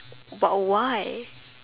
but why